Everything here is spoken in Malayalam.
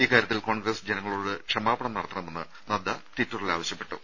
ഇക്കാര്യത്തിൽ കോൺഗ്രസ് ജനങ്ങളോട് ക്ഷമാപണം നടത്തണമെന്ന് നദ്ദ ട്വിറ്ററിൽ ആവശ്യപ്പെട്ടു